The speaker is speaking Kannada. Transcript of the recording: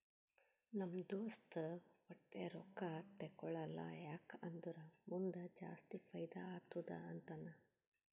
ನಮ್ ದೋಸ್ತ ವಟ್ಟೆ ರೊಕ್ಕಾ ತೇಕೊಳಲ್ಲ ಯಾಕ್ ಅಂದುರ್ ಮುಂದ್ ಜಾಸ್ತಿ ಫೈದಾ ಆತ್ತುದ ಅಂತಾನ್